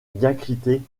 diacritée